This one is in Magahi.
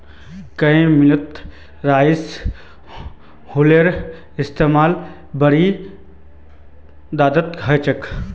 कई मिलत राइस हुलरेर इस्तेमाल बड़ी तदादत ह छे